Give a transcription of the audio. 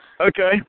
Okay